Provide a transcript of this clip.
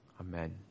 Amen